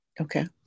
Okay